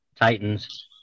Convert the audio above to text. Titans